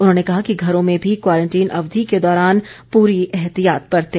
उन्होंने कहा कि घरों में भी क्वारंटीन अवधि के दौरान पूरी एहतियात बरतें